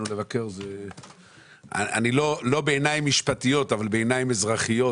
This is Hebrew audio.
לבקר - לא בעיניים משפטיות אבל בעיניים אזרחיות,